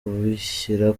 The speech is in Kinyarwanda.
kubishyira